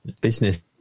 business